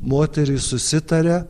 moterys susitaria